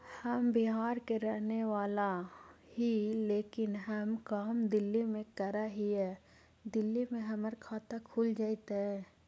हम बिहार के रहेवाला हिय लेकिन हम काम दिल्ली में कर हिय, दिल्ली में हमर खाता खुल जैतै?